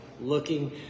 looking